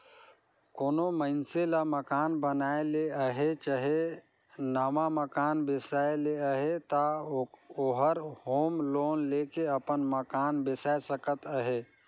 कोनो मइनसे ल मकान बनाए ले अहे चहे नावा मकान बेसाए ले अहे ता ओहर होम लोन लेके अपन मकान बेसाए सकत अहे